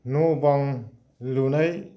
न' बां लुनाय